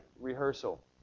rehearsal